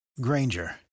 Granger